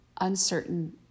uncertain